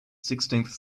sixteenth